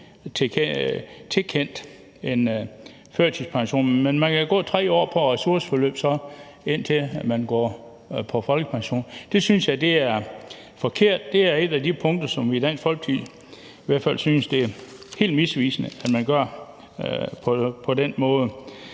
tilkendt en førtidspension. Man kan så gå 3 år på ressourceforløb, indtil man går på folkepension. Det synes jeg er forkert. Det er et af de punkter, hvor vi i Dansk Folkeparti i hvert fald synes det er helt forkert at man gør det på den måde.